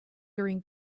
during